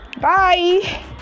bye